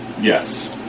Yes